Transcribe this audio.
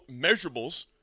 measurables